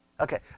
Okay